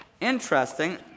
interesting